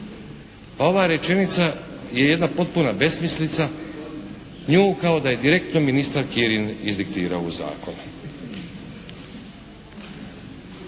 Pa ova rečenica je jedna potpuna besmislica. Nju kao da je direktno ministar Kirin izdiktirao u zakon.